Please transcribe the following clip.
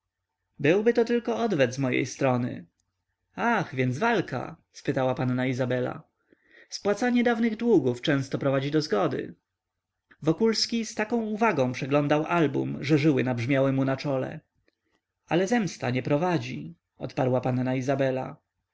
byłby to tylko odwet z mojej strony ach więc walka spytała panna izabela spłacanie dawnych długów często prowadzi do zgody wokulski z taką uwagą przeglądał album że żyły nabrzmiały mu na czole ale zemsta nie prowadzi odparła panna izabela